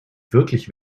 wirklich